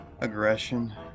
Aggression